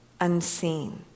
unseen